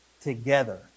together